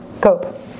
cope